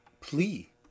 plea